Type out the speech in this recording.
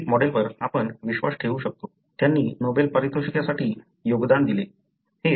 प्रत्येक मॉडेलवर आपण विश्वास ठेवू शकतो त्यांनी नोबेल पारितोषिकासाठी योगदान दिले